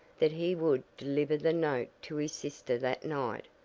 that he would deliver the note to his sister that night,